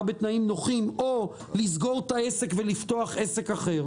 בתנאים נוחים או לסגור את העסק ולפתוח עסק אחר.